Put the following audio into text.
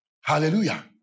Hallelujah